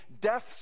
death